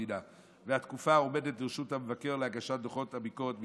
המדינה והתקופה העומדת לרשות המבקר להגשת דוחות הביקורת מטעמו.